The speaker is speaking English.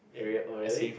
real oh really